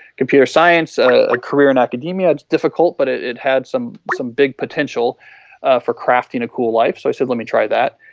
computer science so career and academia it's difficult but it it had some some big potential for crafting a cool life. so i said let me try that.